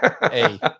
Hey